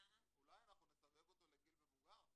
אולי אנחנו נסדר אותו לגיל מבוגר,